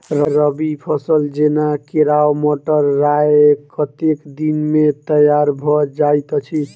रबी फसल जेना केराव, मटर, राय कतेक दिन मे तैयार भँ जाइत अछि?